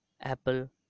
Apple